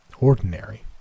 ordinary